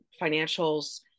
financials